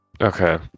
Okay